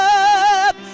up